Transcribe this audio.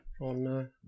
on